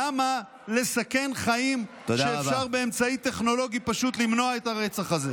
למה לסכן חיים כשאפשר באמצעי טכנולוגי פשוט למנוע את הרצח הזה?